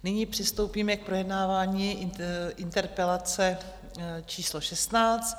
Nyní přistoupíme k projednání interpelace číslo 16.